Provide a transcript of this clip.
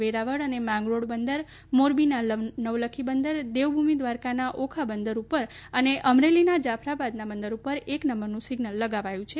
વેરાવળ અને માંગરોળ બંદર મોરબીના નવલખી બંદર દેવભૂમિ દ્વારકાના ઓખા બંદર ઉપર અને અમરેલીના જાફરાબાદના બંદર ઉપર એક નંબરનું સિઝનલ લગાવવામાં આવ્યું છે